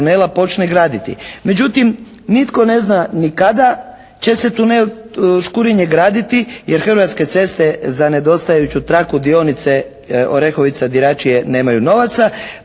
Međutim, nitko ne zna ni kada će se tunel Škurinje graditi jer Hrvatske ceste za nedostajuću traku dionice Orehovica-Diračije nemaju novaca,